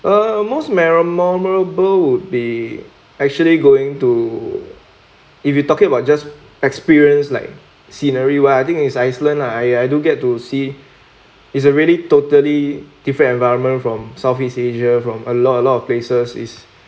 um most memorable would be actually going to if you talking about just experience like scenery wise I think is iceland ah I do get to see is really totally different environment from south east asia from a lot a lot of places is